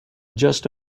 just